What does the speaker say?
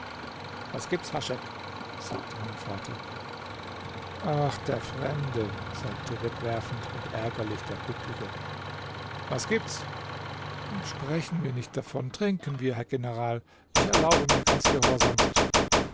was gibt's haschek fragte mein vater ach der fremde sagte wegwerfend und ärgerlich der bucklige was gibt's sprechen wir nicht davon trinken wir herr general ich erlaube mir ganz gehorsamst